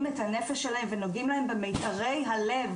את הנפש שלהם ונוגעים להם במיתרי הלב,